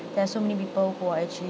there are so many people who are actually